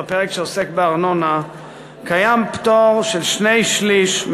בפרק שעוסק בארנונה קיים פטור של שני-שלישים